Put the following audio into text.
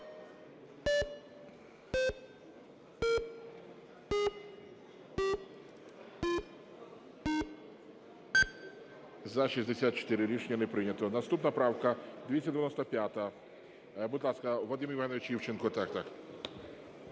За-64 Рішення не прийнято. Наступна правка 295. Будь ласка, Вадим Євгенович Івченко. Так, так.